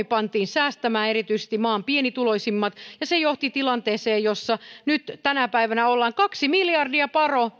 pantiin säästämään erityisesti maan pienituloisimmilta ja se johti tilanteeseen jossa nyt tänä päivänä ollaan kaksi miljardia